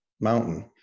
mountain